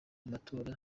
matora